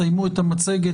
סיימו את המצגת,